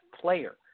player